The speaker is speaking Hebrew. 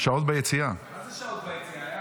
מה זה שעות ביציאה?